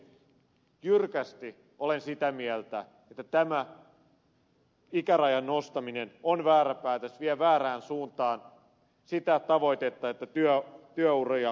tämän vuoksi jyrkästi olen sitä mieltä että tämä ikärajan nostaminen on väärä päätös vie väärään suuntaan sitä tavoitetta että työuria pystytään pidentämään